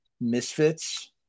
misfits